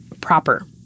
proper